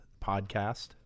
podcast